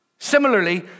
Similarly